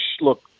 look